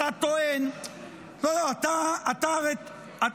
אתה טוען ------ אתה בסדר,